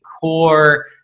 core